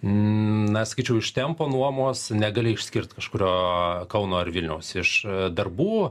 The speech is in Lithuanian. na sakyčiau iš tempo nuomos negali išskirt kažkurio kauno ar vilniaus iš darbų